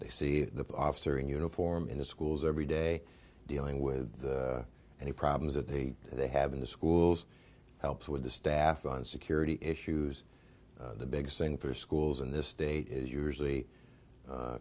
they see the officer in uniform in the schools every day dealing with any problems that they they have in the schools helps with the staff on security issues the biggest thing for schools in this state is usually